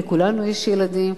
ולכולנו יש ילדים,